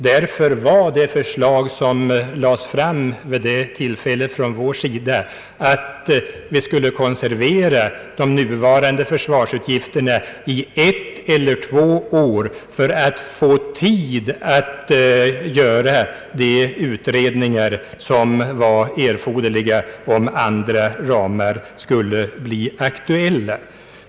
Därför var det förslag som framlades från vår sida vid det tillfället att vi skulle konservera de nuvarande försvarsutgifterna i ett eller två år för att få tid att göra de utredningar, som var erforderliga om andra ramar skulle bli aktuella.